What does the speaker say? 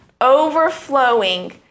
overflowing